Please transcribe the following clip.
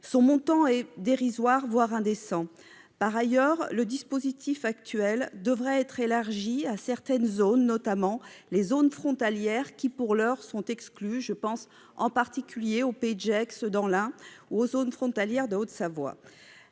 Son montant est dérisoire, voire indécent. Par ailleurs, le dispositif actuel devrait être élargi à certaines zones, notamment les zones frontalières, qui en sont pour l'heure exclues. Je pense, en particulier, au Pays de Gex dans l'Ain ou aux zones frontalières de Haute-Savoie.